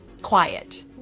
quiet